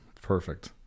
perfect